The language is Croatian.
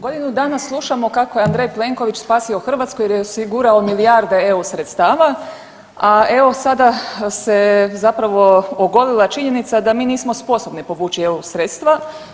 Godinu dana slušamo kako je Andrej Plenković spasio Hrvatsku jer je osigurao milijarde eu sredstava, a evo sada se zapravo ogolila činjenica da mi nismo sposobni povući eu sredstva.